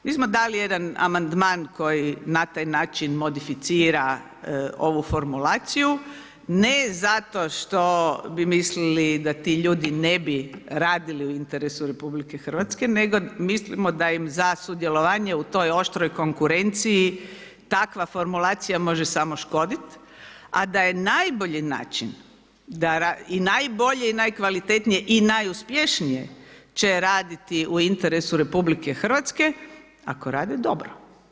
Mi smo dali jedan amandman koji na taj način modificira ovu formulaciju, ne zato što bi mislili da ti ljudi ne bi radili u interesu RH nego mislimo da im za sudjelovanje u toj oštroj konkurenciji, takva formulacija može samo škoditi, a da je najbolji način i najbolji i najkvalitetnije i najuspješnije će raditi u interesu RH ako rade dobro.